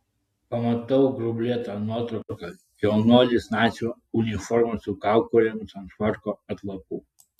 pamatau grublėtą nuotrauką jaunuolis nacių uniforma su kaukolėmis ant švarko atlapų